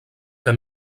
que